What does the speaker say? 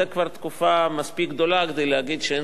זו כבר תקופה ארוכה מספיק כדי להגיד שאין